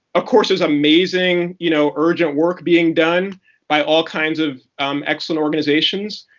of course, there's amazing you know urgent work being done by all kinds of excellent organizations.